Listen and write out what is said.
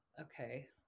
Okay